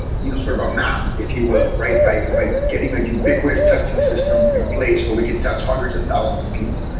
but you know, sort of a map, if you will? right. bye. getting ubiquitous testing system in place where we could test hundreds of thousands of people.